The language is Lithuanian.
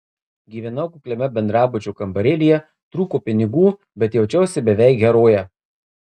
gyvenau kukliame bendrabučio kambarėlyje trūko pinigų bet jaučiausi beveik heroje